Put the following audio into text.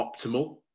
optimal